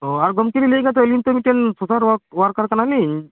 ᱚ ᱟᱨ ᱜᱚᱢᱠᱮ ᱞᱤᱧ ᱞᱮᱜ ᱠᱟᱱ ᱛᱟᱦᱮᱫ ᱛᱚ ᱢᱤᱛᱴᱟᱝ ᱥᱚᱥᱟᱞ ᱚᱣᱟᱨᱠᱟᱨ ᱣᱭᱟᱨᱠᱟᱨ ᱠᱟᱱᱟᱞᱤᱧ